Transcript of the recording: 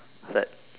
set